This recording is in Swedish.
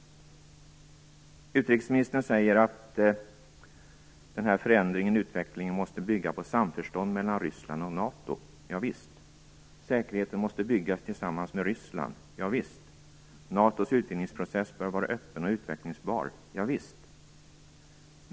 Utrikesministern säger att den här utvecklingen måste bygga på "samförstånd mellan Ryssland och NATO". Ja visst. Säkerheten "måste byggas tillsammans med Ryssland". Ja visst. "NATO:s utvidgningsprocess bör vara öppen och utvecklingsbar." Ja visst.